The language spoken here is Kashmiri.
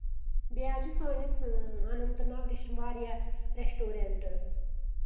بیٚیہِ حظ چھِ سٲنِس اننت ناگ ڈِسٹرک واریاہ ریسٹورنٹٕس